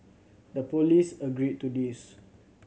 the police agreed to this